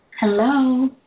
Hello